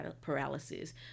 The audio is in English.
paralysis